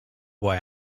boy